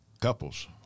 couples